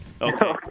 Okay